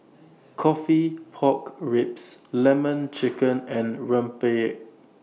Coffee Pork Ribs Lemon Chicken and Rempeyek